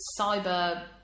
cyber